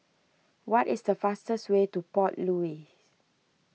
what is the fastest way to Port Louis